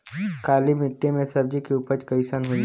काली मिट्टी में सब्जी के उपज कइसन होई?